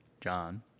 John